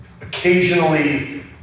Occasionally